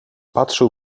patrzył